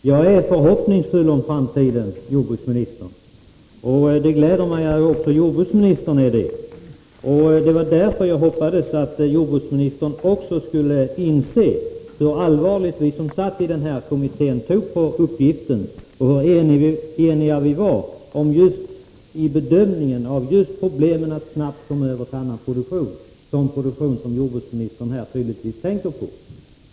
Herr talman! Jag är förhoppningsfull om framtiden, jordbruksministern, och det gläder mig att också jordbruksministern är det. Det var därför jag hoppades att jordbruksministern också skulle inse hur allvarligt vi som satt i kommittén tog på uppgiften och hur eniga vi var i bedömningen av problemen att snabbt komma över till annan produktion, sådan produktion som jordbruksministern här tydligtvis tänker på.